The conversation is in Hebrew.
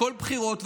בכל בחירות,